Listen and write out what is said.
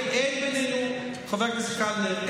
חבר הכנסת קלנר,